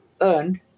earned